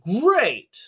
great